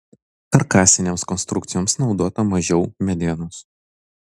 karkasinėms konstrukcijoms naudota mažiau medienos